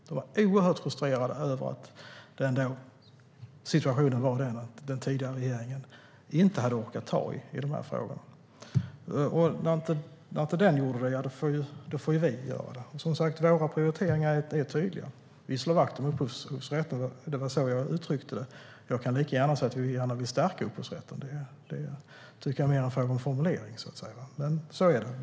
De var oerhört frustrerade över situationen eftersom den tidigare regeringen inte hade orkat ta tag i dessa frågor. Då den tidigare regeringen inte tog tag i frågorna får vi göra det. Våra prioriteringar är som sagt tydliga. Vi slår vakt om upphovsrätten. Det var så jag uttryckte det. Jag kan lika väl säga att vi gärna vill stärka upphovsrätten. Det är mer en fråga om formulering.